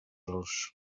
els